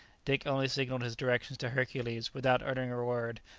dick only signalled his directions to hercules, without uttering a word,